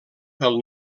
pel